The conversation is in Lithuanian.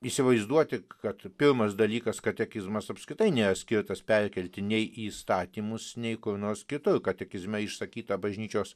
įsivaizduoti kad pirmas dalykas katekizmas apskritai nėra skirtas perkelti nei įstatymus nei kur nors kitur katekizme išsakyta bažnyčios